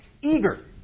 Eager